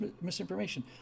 misinformation